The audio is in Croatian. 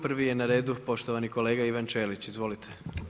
Prvi je na redu poštovani kolega Ivan Ćelić, izvolite.